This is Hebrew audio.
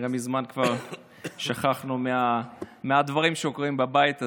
כנראה מזמן כבר שכחנו מהדברים שקורים בבית הזה.